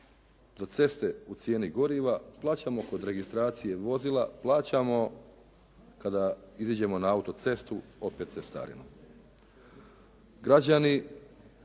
za ceste u cijeni goriva, plaćamo kod registracije vozila, plaćamo kada iziđemo na autocestu opet cestarinu. Građani,